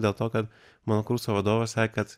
dėl to kad mano kurso vadovas sakė kad